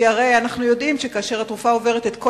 כי הרי אנחנו יודעים שכאשר התרופה עוברת את כל